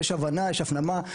יש הבנה, יש הפנמה.